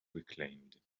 reclaimed